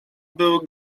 był